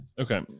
Okay